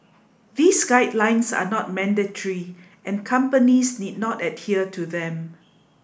these guidelines are not mandatory and companies need not adhere to them